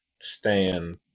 stand